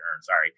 sorry